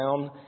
down